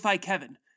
kevin